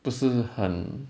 不是很